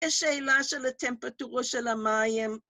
‫יש שאלה של הטמפרטורה של המים.